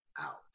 out